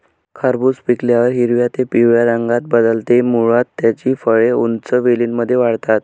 खरबूज पिकल्यावर हिरव्या ते पिवळ्या रंगात बदलते, मुळात त्याची फळे उंच वेलींमध्ये वाढतात